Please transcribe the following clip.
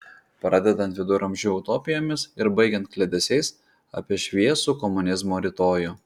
pradedant viduramžių utopijomis ir baigiant kliedesiais apie šviesų komunizmo rytojų